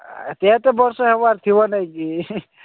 କେତେ ବର୍ଷ ହେବାର ଥିବ ନାଇଁ କି